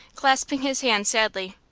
clasping his hands sadly.